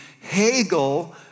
Hegel